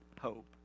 hope